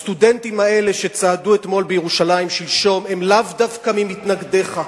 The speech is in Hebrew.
הסטודנטים האלה שצעדו שלשום בירושלים הם לאו דווקא ממתנגדיך,